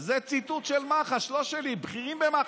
זה ציטוט של מח"ש, לא שלי, בכירים במח"ש.